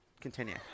Continue